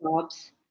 jobs